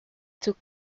took